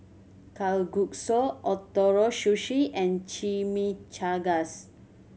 Kalguksu Ootoro Sushi and Chimichangas